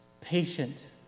Patient